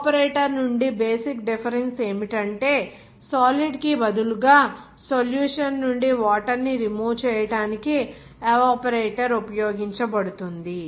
evaporator నుండి basic difference ఏమిటంటే solid కి బదులు గా సొల్యూషన్ నుండి వాటర్ ని రిమూవ్ చేయటానికి ఎవాపోరేటర్ ఉపయోగించబడుతుంది